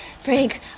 Frank